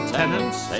tenants